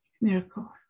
miracle